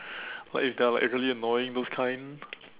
what if they are like really annoying those kind